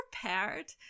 prepared